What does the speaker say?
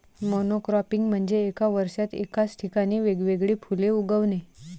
monocropping म्हणजे एका वर्षात एकाच ठिकाणी वेगवेगळी फुले उगवणे